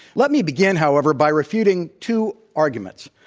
let me begin, however, by refuting two arguments.